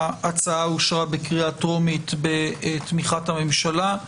ההצעה אושרה בקריאה טרומית בתמיכת הממשלה.